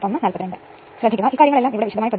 7 ലഭിക്കും 8 I1 ന് 43